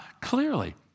clearly